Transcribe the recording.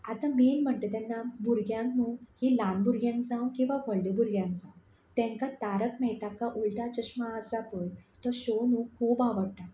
आतां मेन म्हणटा तेन्ना भुरग्यांक न्हू ही ल्हान भुरग्यांक जावं किंवां व्हडले भुरग्यांक जावं तांकां तारक मेहता का उल्टा चश्मा आसा पळय तो शो न्हू खूब आवडटा